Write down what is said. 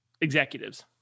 executives